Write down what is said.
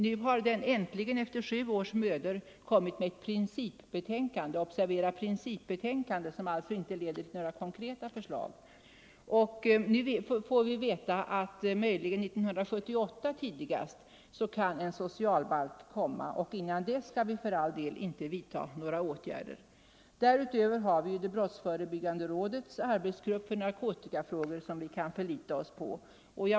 Den har äntligen efter sju års mödor kommit med ett principbetänkande, som alltså inte leder till några konkreta förslag. Nu får vi veta att en socialbalk kan komma tidigast 1978 och innan dess skall vi för all del inte vidta några åtgärder. Därutöver har vi det brottsförebyggande rådets arbetsgrupp för narkotikafrågor som vi kan förlita oss på.